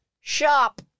shop